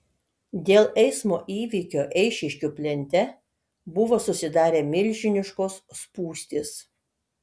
dėl eismo įvykio eišiškių plente buvo susidarę milžiniškos spūstys